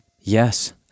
Yes